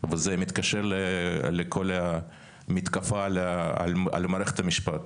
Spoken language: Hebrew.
וזה מתקשר לכל המתקפה על מערכת המשפט